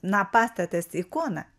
na pastatas ikona